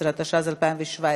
15), התשע"ז 2017,